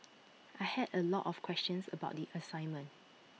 I had A lot of questions about the assignment